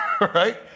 right